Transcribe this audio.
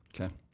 Okay